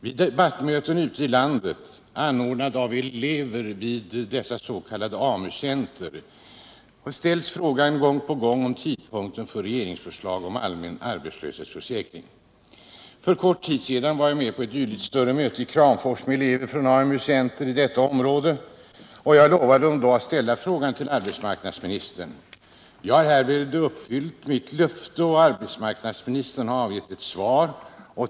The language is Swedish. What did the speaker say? Vid debattmöten ute i landet, anordnade av elever vid dessa s.k. AMU-centrer, ställs frågan gång på gång om tidpunkten för ett regeringsförslag om allmän arbetslöshetsförsäkring. För kort tid sedan var jag med på ett dylikt större möte i Kramfors med elever från AMU-centret i detta område, och jag lovade dem då att ställa frågan till arbetsmarknadsministern. Jag har härmed uppfyllt mitt löfte, och arbetsmarknadsministern har avgett sitt svar.